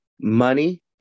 money